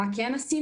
מה כן עשינו?